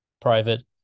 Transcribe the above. private